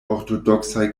ortodoksaj